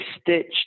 stitched